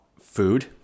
food